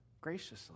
graciously